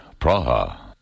Praha